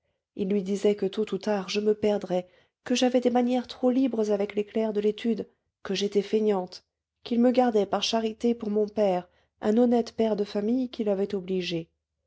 il lui disait que tôt ou tard je me perdrais que j'avais des manières trop libres avec les clercs de l'étude que j'étais fainéante qu'il me gardait par charité pour mon père un honnête père de famille qu'il avait obligé